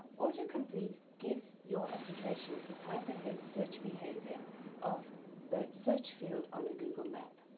autocomplete gives your applications the type ahead search behavior of the search field on a google map.